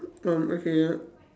um okay ya